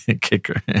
kicker